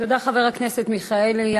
תודה, חבר הכנסת מיכאלי.